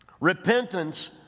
Repentance